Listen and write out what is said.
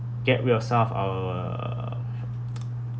get yourself out of uh